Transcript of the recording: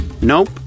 Nope